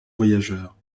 voyageurs